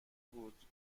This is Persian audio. بود